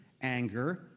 anger